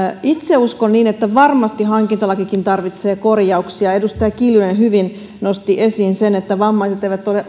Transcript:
itse uskon niin että varmasti hankintalakikin tarvitsee korjauksia edustaja kiljunen hyvin nosti esiin sen että vammaiset eivät ole